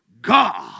God